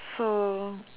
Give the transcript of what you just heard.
so